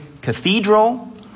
Cathedral